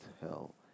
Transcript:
hell